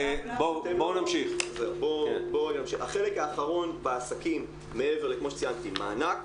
החלק האחרון בעסקים כמו שציינתי מענק.